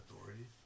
authority